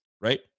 right